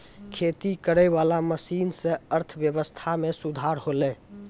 खेती करै वाला मशीन से अर्थव्यबस्था मे सुधार होलै